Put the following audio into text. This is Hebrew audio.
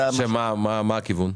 שמה הכיוון?